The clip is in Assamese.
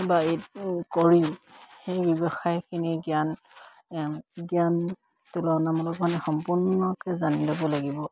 কৰি সেই ব্যৱসায়খিনি জ্ঞান জ্ঞান তুলনামূলক মানে সম্পূৰ্ণকে জানি ল'ব লাগিব